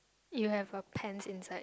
you have a pants inside